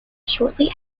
shortly